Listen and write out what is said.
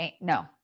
no